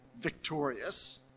victorious